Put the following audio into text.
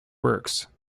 works